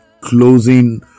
closing